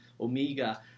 Omega